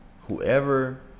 Whoever